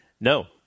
No